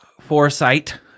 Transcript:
foresight